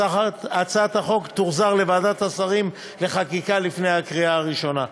הצעת החוק תוחזר לוועדת השרים לחקיקה לפני הקריאה הראשונה.